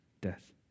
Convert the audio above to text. death